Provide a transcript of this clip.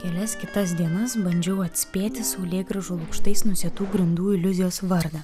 kelias kitas dienas bandžiau atspėti saulėgrąžų lukštais nusėtų grindų iliuzijos vardą